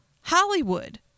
Hollywood